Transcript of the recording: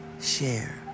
share